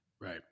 Right